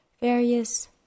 various